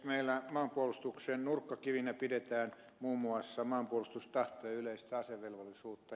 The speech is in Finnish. meillä maanpuolustuksen nurkkakivinä pidetään muun muassa maanpuolustustahtoa ja yleistä asevelvollisuutta